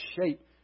shape